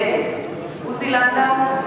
נגד עוזי לנדאו,